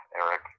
Eric